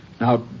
Now